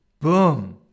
Boom